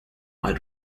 mal